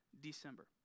December